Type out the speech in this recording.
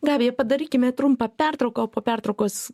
gabija padarykime trumpą pertrauką o po pertraukos